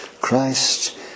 Christ